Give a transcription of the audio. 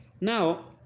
now